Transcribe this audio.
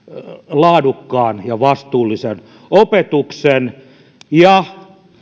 laadukkaan ja vastuullisen opetuksen